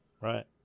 right